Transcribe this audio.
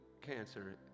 cancer